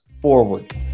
forward